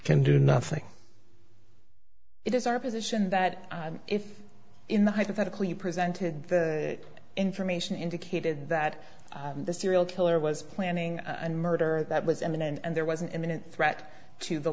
can do nothing it is our position that if in the hypothetical you presented the information indicated that the serial killer was planning and murder that was imminent and there was an imminent threat to the